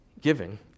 giving